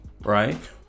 right